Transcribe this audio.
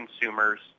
consumers